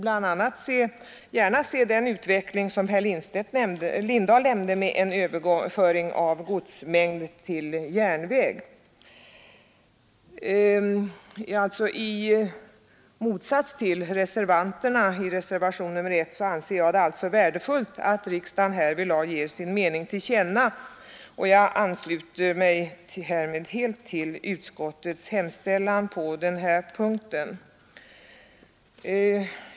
Men jag vill gärna se också den utveckling som herr Lindahl berörde, nämligen överföring av gods från väg till järnväg. I motsats till de reservanter som står bakom reservationen 1 anser jag det vara värdefullt att riksdagen härvidlag ger sin mening till känna, och jag ansluter mig helt till utskottets hemställan på den punkten.